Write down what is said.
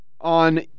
on